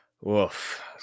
Woof